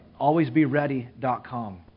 alwaysbeready.com